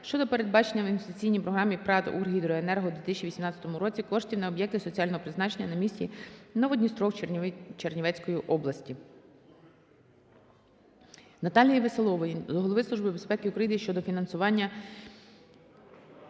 щодо передбачення в інвестиційній програмі ПрАТ "Укргідроенерго" у 2018 році коштів на об'єкти соціального призначення для місті Новодністровськ Чернівецької області. Наталії Веселової до Голови Служби безпеки України щодо фінансування